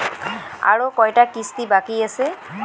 আরো কয়টা কিস্তি বাকি আছে?